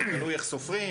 זה תלוי איך סופרים,